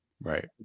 Right